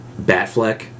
Batfleck